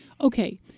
Okay